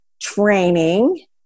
training